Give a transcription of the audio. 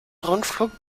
rundflug